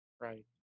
Right